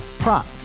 Prop